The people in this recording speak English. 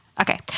Okay